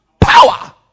Power